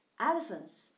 Elephants